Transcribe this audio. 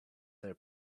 their